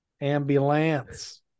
ambulance